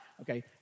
Okay